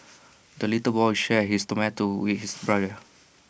the little boy shared his tomato with his brother